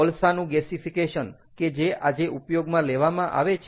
કોલસાનું gasification કે જે આજે ઉપયોગમાં લેવામાં આવે છે